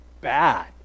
bad